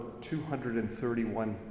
231